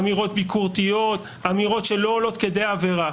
אמירות ביקורתיות, אמירות שלא עולות כדי עבירה.